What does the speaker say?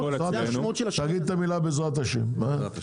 תגיד: בעזרת השם.